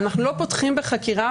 אנחנו לא פותחים בחקירה